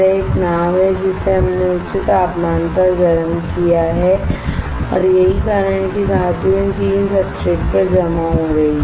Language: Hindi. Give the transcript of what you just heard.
एक नाव है जिसे हमने उच्च तापमान पर गर्म किया है और यही कारण है कि धातु इन 3 सबस्ट्रेट्स पर जमा हो रही है